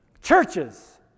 Churches